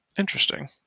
interesting